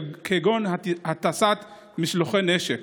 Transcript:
כגון הטסת משלוחי נשק.